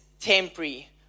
temporary